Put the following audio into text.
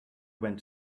went